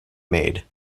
made